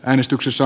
äänestyksessä